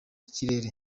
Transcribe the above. kirere